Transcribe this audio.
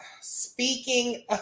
Speaking